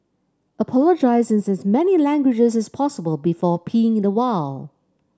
apologise in as many languages as possible before peeing in the wild